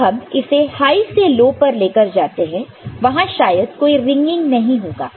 जब हम इसे हाई से लो पर लेकर जाते हैं तो वहां शायद कोई रिंगइंग नहीं होगा